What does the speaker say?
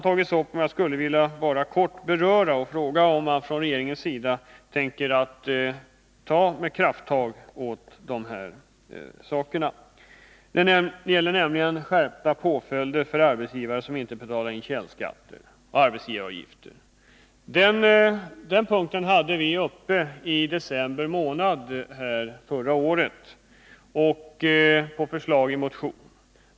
Jag vill kort beröra några av dessa och fråga om regeringen tänker ta krafttag på dessa områden. Det gäller bl.a. skärpta påföljder för arbetsgivare som inte betalar in källskatter och arbetsgivaravgifter. Den punkten hade vi uppe här i riksdagen i december månad förra året som förslag i en motion.